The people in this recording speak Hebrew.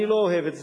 אני לא אוהב את זה.